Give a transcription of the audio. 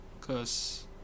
cause